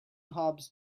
hobs